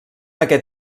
aquest